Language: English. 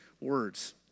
words